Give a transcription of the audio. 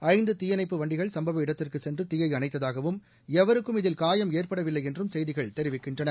ஐந்து தீயணைப்பு வண்டிகள் சம்பவ இடத்திற்குச் சென்று தீயை அணைத்ததாகவும் எவருக்கும் இதில் காயம் ஏற்படவில்லை என்றும் செய்திகள் தெரிவிக்கின்றன